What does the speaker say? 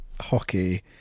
hockey